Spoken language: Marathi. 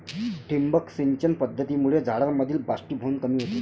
ठिबक सिंचन पद्धतीमुळे झाडांमधील बाष्पीभवन कमी होते